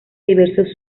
diversos